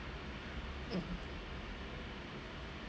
mm